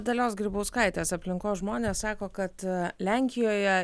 dalios grybauskaitės aplinkos žmonės sako kad lenkijoje